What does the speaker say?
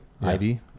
Ivy